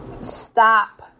stop